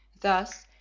thus